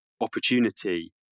opportunity